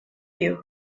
you